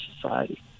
society